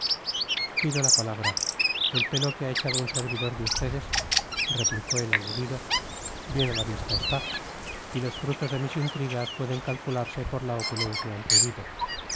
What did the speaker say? pido la palabra el pelo que ha echado un servidor de ustedes replicó el aludido bien a la vista está y los frutos de mis intrigas pueden calcularse por la opulencia en que vivo